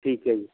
ਠੀਕ ਹੈ ਜੀ